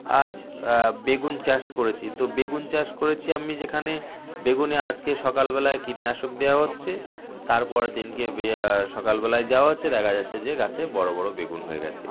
আজ বেগুন চাষ করেছি তো বেগুন চাষ করেছি আমি যেখানে বেগুনে আজকে সকালবেলায় কীটনাশক দেওয়া হচ্ছে তারপরের দিনকে সকালবেলায় যাওয়া হচ্ছে দেখা যাচ্ছে যে গাছে বড়ো বড়ো বেগুন হয়ে গেছে